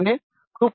எனவே 2